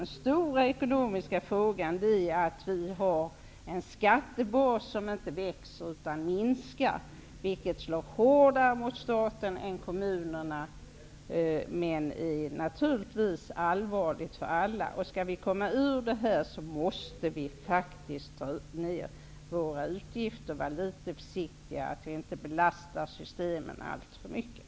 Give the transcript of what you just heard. Den stora ekonomiska frågan är att skattebasen inte växer utan minskar. Det slår hårdare mot staten än mot kommunerna. Men det är naturligtvis allvarligt för alla. Om vi skall komma ur det här måste vi dra ner på våra utgifter och vara försiktiga, så att vi inte belastar systemen alltför mycket.